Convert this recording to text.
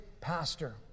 Pastor